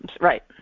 Right